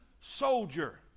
soldier